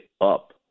up